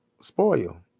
Spoil